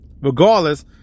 regardless